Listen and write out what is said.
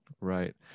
Right